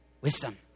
wisdom